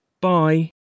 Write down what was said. Bye